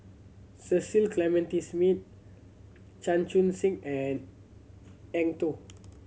Cecil Clementi Smith Chan Chun Sing and Eng Tow